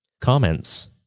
comments